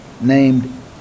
named